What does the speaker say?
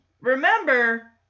remember